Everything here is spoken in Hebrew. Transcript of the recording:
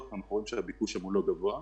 אנחנו רואים שהביקוש הוא לא גבוה.